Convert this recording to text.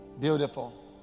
Beautiful